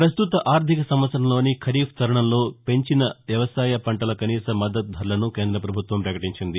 ప్రస్తుత ఆర్లిక సంవత్సరంలోని ఖరీఫ్ తరుణంలో పెంచిన వ్యవసాయ పంటల కనీస మద్దతు ధరలను కేంద్ర ప్రభుత్వం ప్రకటించింది